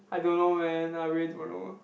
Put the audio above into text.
I don't know man I really don't know